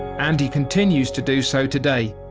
and he continues to do so today,